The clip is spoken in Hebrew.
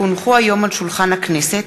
כי הונחו היום על שולחן הכנסת,